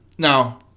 Now